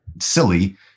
silly